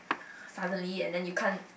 suddenly and then you can't